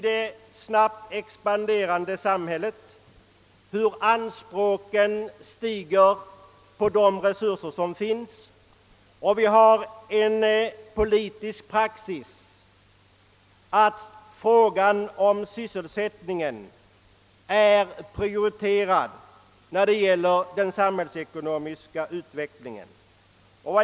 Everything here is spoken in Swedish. Vi ser också hur anspråken i det snabbt expanderande samhället stiger. Sysselsättningsfrågan prioriteras — helt naturligt — när det gäller den samhällsekonomiska utvecklingen.